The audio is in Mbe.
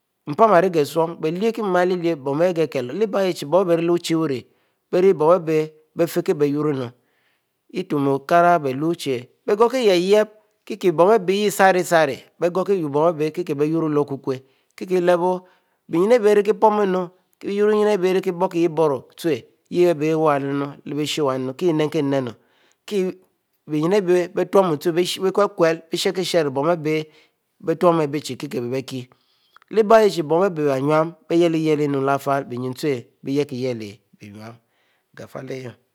Mpan irighsum, bielyieh kie mu arilelul lehbie yehchie bn aribierileh wuchie uri bie rie bon arbie fieh kie bie yuro itume okara bielue chie bn aribie yehieh saresan u bie yuooro lo-kukuo kilehbou, bynrue abie ponnu, kibie uyurro ute yeh abie yahmu, kie ennue kie beynue bie-aule, bieghenish ero kie-kieh biequleh bon chie bon abieh beynue ute beieh leh-bon abie beynnu